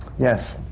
yes.